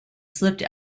slipped